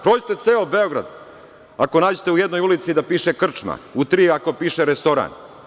Prođite ceo Beograd, ako nađete u jednoj ulici da piše krčma, u tri ako piše restoran.